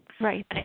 Right